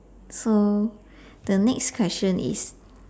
so the next question is